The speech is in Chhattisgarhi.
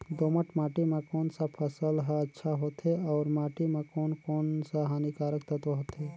दोमट माटी मां कोन सा फसल ह अच्छा होथे अउर माटी म कोन कोन स हानिकारक तत्व होथे?